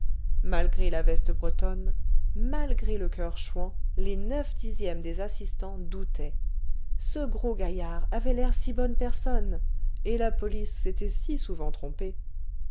malgré la veste bretonne malgré le coeur chouan les neuf dixièmes des assistants doutaient ce gros gaillard avait l'air si bonne personne et la police s'était si souvent trompée